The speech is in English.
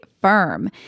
firm